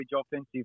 offensive